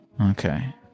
Okay